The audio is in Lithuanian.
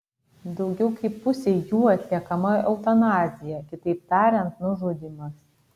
daugiau kaip pusei jų atliekama eutanazija kitaip tariant nužudymas